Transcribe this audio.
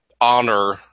honor